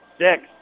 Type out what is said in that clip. six